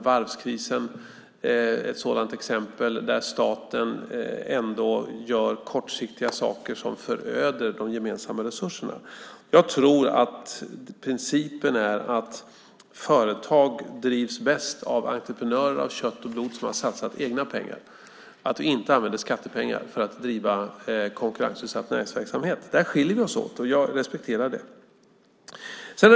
Varvskrisen är ett exempel där staten ändå gör kortsiktiga saker som föröder de gemensamma resurserna. Jag tror att principen är att företag drivs bäst av entreprenörer av kött och blod som har satsat egna pengar, att de inte använder skattepengar för att driva konkurrensutsatt näringsverksamhet. Där skiljer vi oss åt, och jag respekterar det.